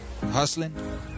hustling